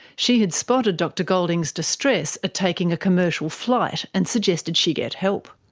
she had spotted dr goulding's distress at taking a commercial flight, and suggested she get help.